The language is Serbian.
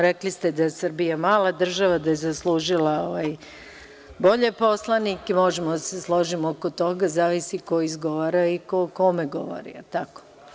Rekli ste da je Srbija mala država, da je zaslužila bolje poslanike, možemo da se složimo oko toga, zavisi ko izgovara i ko kome govori, jel tako?